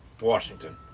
Washington